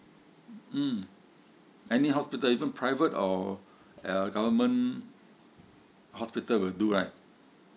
mm any hospital even private or a government hospital will do right